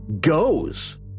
goes